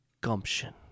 gumption